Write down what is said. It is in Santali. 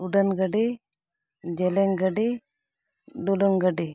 ᱩᱰᱟᱹᱱ ᱜᱟᱹᱰᱤ ᱡᱮᱞᱮᱧ ᱜᱟᱹᱰᱤ ᱰᱩᱞᱩᱝ ᱜᱟᱹᱰᱤ